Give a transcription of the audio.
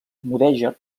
mudèjar